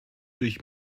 durch